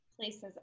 places